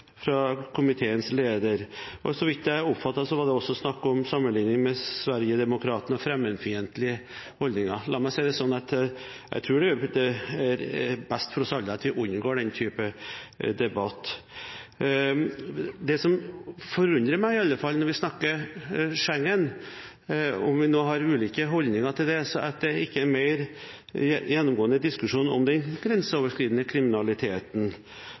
komiteens leder. Så vidt jeg oppfattet, var det også snakk om sammenligning med Sverigedemokraterna og fremmedfiendtlige holdninger. La meg si det sånn at jeg tror det er best for oss alle at vi unngår den typen debatt. Det som iallfall forundrer meg når vi snakker om Schengen, om vi nå har ulike holdninger til det, er at det ikke er mer gjennomgående diskusjon om den grenseoverskridende kriminaliteten.